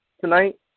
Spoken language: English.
tonight